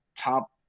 top